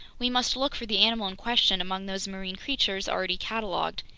we must look for the animal in question among those marine creatures already cataloged,